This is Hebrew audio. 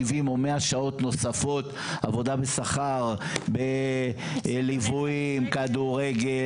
70 או 100 שעות נוספות עבודה בשכר בליווי כדורגל,